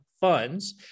Funds